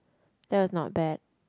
that was not bad